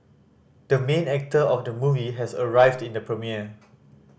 the main actor of the movie has arrived in the premiere